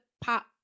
pop